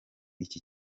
iki